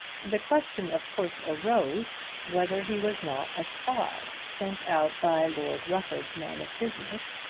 the question of course arose whether he was not a spy sent out by lord rufford's man of business,